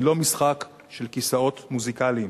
היא לא משחק של כיסאות מוזיקליים.